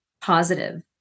positive